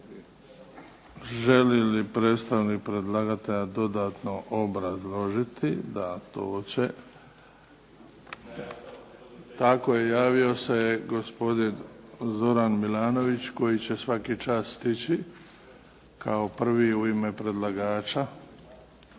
želi li predstavnik predlagatelja dodatno obrazložiti? Da, to će. Tako je, javio se je gospodin Zoran Milanović koji će svaki čas stići, kao prvi u ime predlagača,